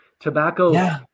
Tobacco